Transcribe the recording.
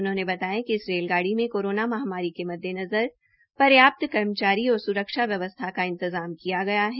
उन्होंने बताया कि इस रेलगाड़ी में कोरोना महामारी के मददेनजर पर्याप्त कर्मचारी औश्र सुरक्षा व्यवस्था का इंतजाम किया गया है